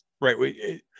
Right